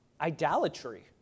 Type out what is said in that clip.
Idolatry